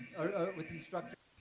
with instructions,